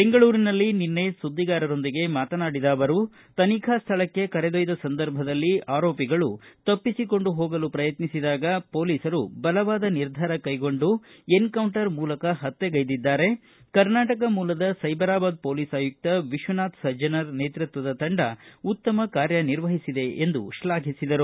ಬೆಂಗಳೂರಿನಲ್ಲಿ ನಿನ್ನೆ ಸುದ್ಧಿಗಾರರೊಂದಿಗೆ ಮಾತನಾಡಿದ ಅವರು ತನಿಖಾ ಸ್ವಳಕ್ಕೆ ಕೆರೆದೊಯ್ದ ಸಂದರ್ಭದಲ್ಲಿ ಆರೋಪಿಗಳು ತಪ್ಪಿಸಿಕೊಂಡು ಹೋಗಲು ಪ್ರಯತ್ನಿಸಿದಾಗ ಹೊಲೀಸರು ಬಲವಾದ ನಿರ್ಧಾರ ಕೈಗೊಂಡು ಎನ್ಕೌಂಟರ್ ಮೂಲಕ ಹತ್ತೆಗೈದಿದ್ದಾರೆ ಕರ್ನಾಟಕ ಮೂಲದ ಸೈಬರಾಬಾದ್ ಮೋಲಿಸ್ ಆಯುಕ್ತ ವಿಶ್ವನಾಥ್ ಸಜ್ಜನರ್ ನೇತೃತ್ವದ ತಂಡ ಉತ್ತಮ ಕಾರ್ಯನಿರ್ವಹಿಸಿದೆ ಎಂದು ಶ್ಲಾಘಿಸಿದರು